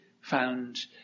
found